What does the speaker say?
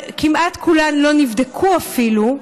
כמעט כולן לא נבדקו אפילו,